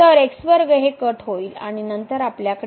तर हे कट होईल आणि नंतर आपल्याकडे